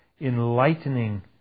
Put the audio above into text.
enlightening